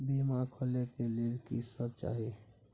बीमा खोले के लेल की सब चाही?